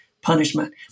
Punishment